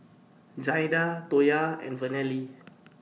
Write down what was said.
Jaida Toya and Vernelle